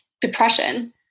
depression